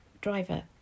driver